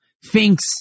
Finks